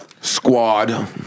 squad